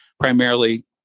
primarily